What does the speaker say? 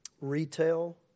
retail